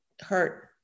hurt